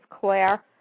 Claire